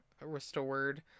restored